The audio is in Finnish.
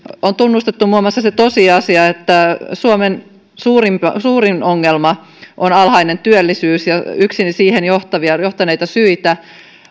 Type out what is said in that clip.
on tunnustettu muun muassa se tosiasia että suomen suurin ongelma on alhainen työllisyys ja yksi siihen johtaneista syistä